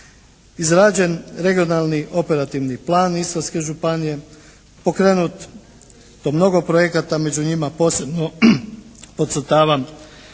izrađen regionalni operativni plan Istarske županije, pokrenuto mnogo projekata, među njima posebno podcrtavam